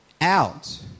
out